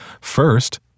First